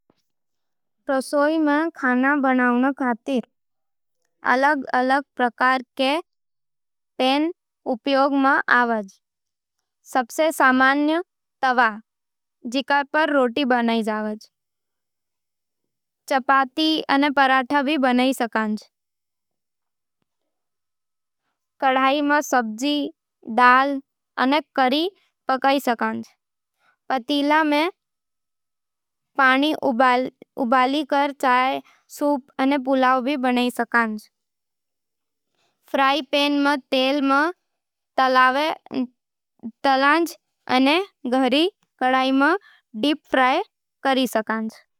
रसोई में अलग-अलग प्रकार रा प्लेट होवे है। साधारण थाली में रोटी, सब्जी अने दाल परोसी जावे है। खास सलाद खातर छोटी अने सुन्दर प्लेट, मिठाई या स्नैक्स खातर भी खास प्लेट होवज। बिरयानी अने पुलाव खातर बड़ी प्लेट उपयुक्त होवज। सूप अने चाट खातर गहरी कटोरी जैसी प्लेट उपयोग में आवज। ई प्लेटां सिरेमिक, लकड़ी अने स्टील में मिल जावे है। हर प्लेट रा अपना रंग, डिज़ाइन अने आकार होवे, जिणसे भोजन रो स्वाद अने सुंदरता बढ़ जावे है।